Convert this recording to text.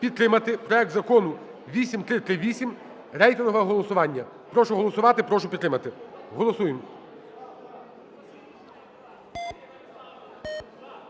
підтримати проект Закону 8338, рейтингове голосування. Прошу голосувати, прошу підтримати. Голосуємо.